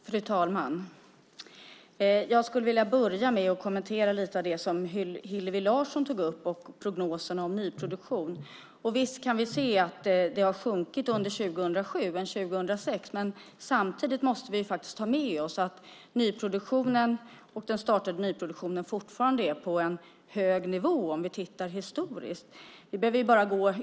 Fru talman! Jag skulle vilja börja med att kommentera lite av det som Hillevi Larsson tog upp och prognoserna om nyproduktion. Visst kan vi se att den har sjunkit under 2007 jämfört med 2006. Samtidigt måste vi ta med oss att nyproduktionen historiskt fortfarande är på en hög nivå.